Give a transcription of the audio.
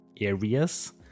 areas